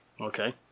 Okay